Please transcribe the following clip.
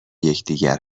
یکدیگر